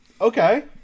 Okay